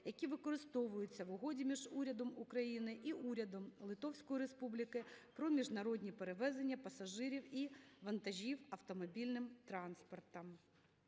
які використовуються в Угоді між Урядом України і Урядом Литовської Республіки про міжнародні перевезення пасажирів і вантажів автомобільним транспортом.